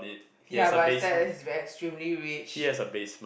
ya but is that he is very extremely rich